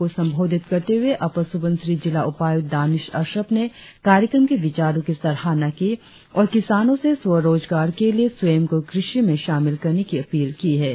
लोगों को संबोधित करते हुए अपर सुबनसिरी जिला उपायुक्त दानिश अश्रफ ने कार्यक्रम के विचारों की सराहना की और किसानों से स्व रोजगार के लिए स्वयं को कृषि में शामिल करने की अपील की